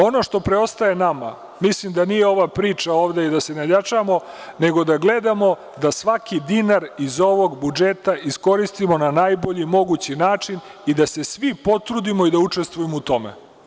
Ono što preostaje nama, mislim da nije ova priča ovde i da se nadjačamo, nego da gledamo da svaki dinar iz ovog budžeta iskoristimo na najbolji mogući način i da se svi potrudimo i da učestvujemo u tome.